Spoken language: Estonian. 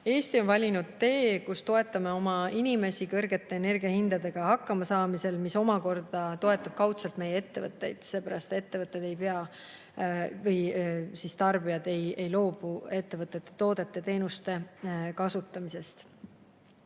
Eesti on valinud tee, kus me toetame oma inimesi kõrgete energiahindadega hakkamasaamisel, mis omakorda toetab kaudselt meie ettevõtteid, seepärast et tarbijad ei loobu siis ettevõtete toodete ja teenuste kasutamisest.